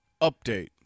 Update